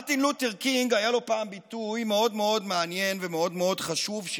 למרטין לותר קינג היה פעם ביטוי מאוד מאוד מעניין ומאוד מאוד חשוב,